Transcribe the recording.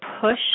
push